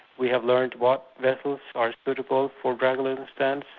we have learnt what vessels are suitable for drug-eluting stents.